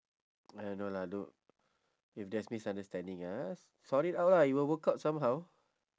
uh no lah don't if there's misunderstanding ya sort it out lah it will work out somehow